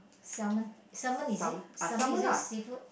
salmon salmon is it salmon is it seafood